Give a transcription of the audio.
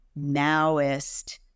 Maoist